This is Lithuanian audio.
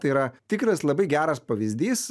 tai yra tikras labai geras pavyzdys